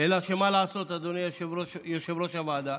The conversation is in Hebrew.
אלא שמה לעשות, אדוני יושב-ראש הוועדה,